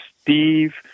Steve